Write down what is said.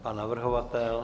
Pan navrhovatel?